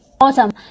awesome